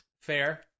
fair